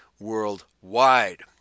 worldwide